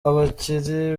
abakiri